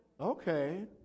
okay